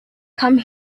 come